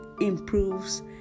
improves